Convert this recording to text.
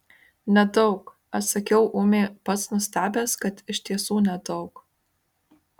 nedaug atsakiau ūmiai pats nustebęs kad iš tiesų nedaug